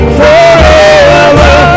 forever